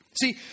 See